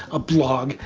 a blog,